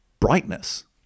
brightness